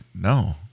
no